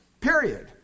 Period